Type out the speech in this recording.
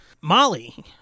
molly